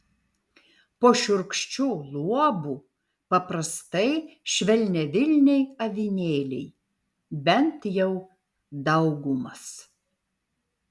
po šiurkščiu luobu paprastai švelniavilniai avinėliai bent jau daugumas